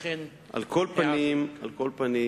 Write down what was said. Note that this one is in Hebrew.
על כל פנים,